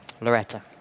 Loretta